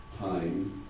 time